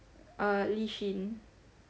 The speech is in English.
uh Li Shin